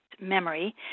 memory